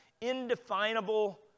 indefinable